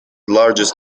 largest